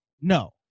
No